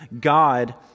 God